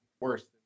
worse